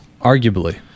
Arguably